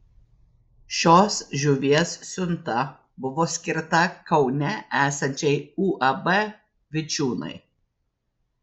šios žuvies siunta buvo skirta kaune esančiai uab vičiūnai